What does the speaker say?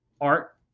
art